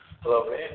hello